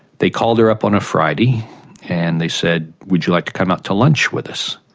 they called her up on a friday and they said, would you like to come out to lunch with us?